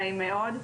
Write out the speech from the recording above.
נעים מאוד,